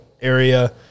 area